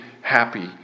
happy